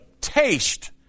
taste